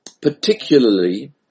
particularly